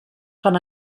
rhan